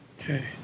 Okay